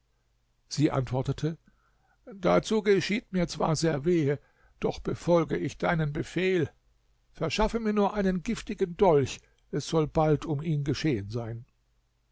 sie antwortete dazu geschieht mir zwar sehr wehe doch befolge ich deinen befehl verschaffe mir nur einen giftigen dolch es soll bald um ihn geschehen sein